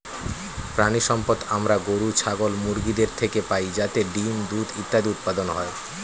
প্রাণিসম্পদ আমরা গরু, ছাগল, মুরগিদের থেকে পাই যাতে ডিম্, দুধ ইত্যাদি উৎপাদন হয়